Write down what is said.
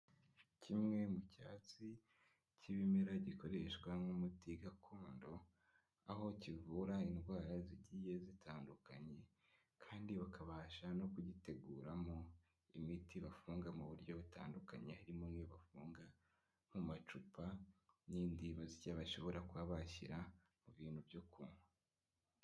Kimwe mu cyatsi k'ibimera gikoreshwa nk'umuti gakondo, aho kivura indwara zigiye zitandukanye, kandi bakabasha no kugiteguramo imiti bafunga mu buryo butandukanye, harimo n'iyo bafunga mu macupa, n'indi basya bashobora kuba bashyira mu bintu byo kunywa.